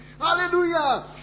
Hallelujah